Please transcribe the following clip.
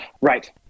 Right